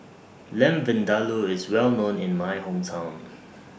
Lamb Vindaloo IS Well known in My Hometown